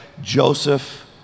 Joseph